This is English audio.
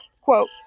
quote